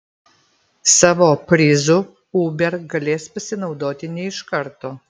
savo prizu uber galės pasinaudoti ne iš karto